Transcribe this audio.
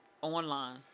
Online